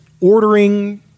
ordering